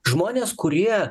žmonės kurie